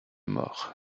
mort